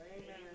Amen